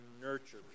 nurture